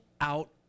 out